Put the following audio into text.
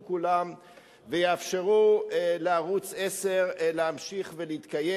כולם ויאפשרו לערוץ-10 להמשיך ולהתקיים.